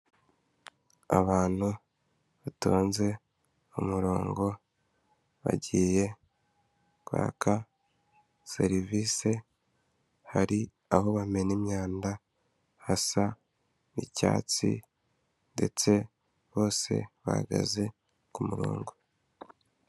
Abantu batonze umurongo, bagiye kwaka serivise, hari aho bamena imyanda hasa n'icyatsi, ndetse bose bahagaze ku murongo.